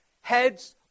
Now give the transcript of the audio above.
Heads